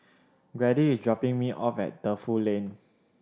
Grady is dropping me off at Defu Lane